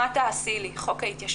מה תעשי לי, חוק ההתיישנות'.